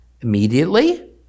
immediately